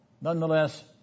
Nonetheless